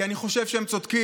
כי אני חושב שהם צודקים.